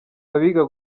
abiga